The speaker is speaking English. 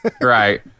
right